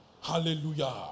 Hallelujah